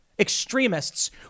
extremists